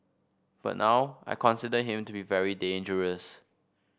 but now I consider him to be very dangerous